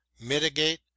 mitigate